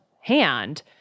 hand